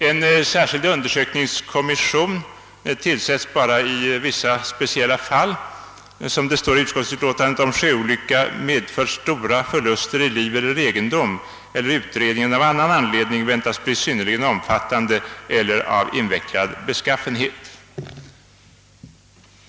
En särskild undersökningskommission tillsättes bara i vissa speciella fall eller som det står i utskottsutlåtandet »om sjöolycka medfört stora förluster i liv eller egendom eller utredningen av annan anledning väntas bli synnerligen omfattande eller av invecklad beskaffenhet».